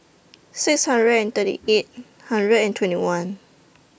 six hundred and thirty eight hundred and twenty one